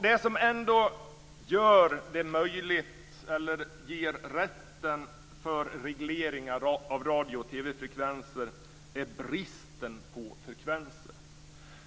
Det som ändå gör det möjligt eller ger oss rätt att reglera radio och TV frekvenser är bristen på frekvenser.